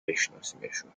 بشناسیمشون